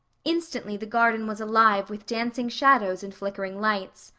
instantly the garden was alive with dancing shadows and flickering lights.